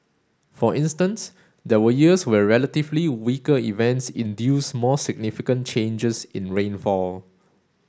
for instance there were years where relatively weaker events induced more significant changes in rainfall